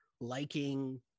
liking